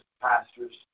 pastors